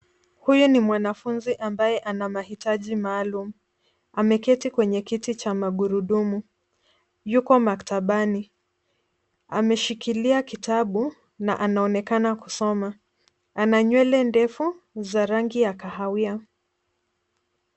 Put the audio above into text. Huyu ni mwanafunzi ambaye ana mahitaji maalum, ameketi kwenye kiti cha magurudumu. Yuko maktabani. Ameshikilia kitabu na anaonekana kusoma. Ana nywele ndefu za rangi ya kahawia.